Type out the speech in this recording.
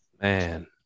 Man